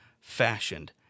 fashioned